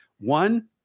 one